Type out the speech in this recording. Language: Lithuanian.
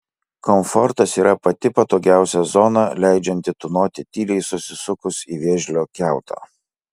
komfortas yra pati patogiausia zona leidžianti tūnoti tyliai susisukus į vėžlio kiautą